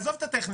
עזוב את הטכניקה.